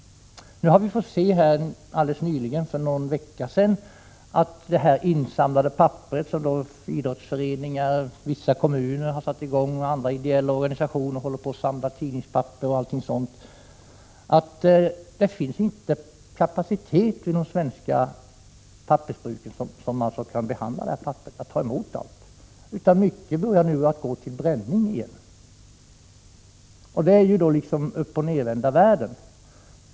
Idrottsföreningar, andra ideella organisationer och kommuner samlar in tidningspapper, men sedan visar det sig att de svenska pappersbruken inte har kapacitet att ta emot papperet. Mycket går till bränning, vilket är upp-och-ned-vända världen.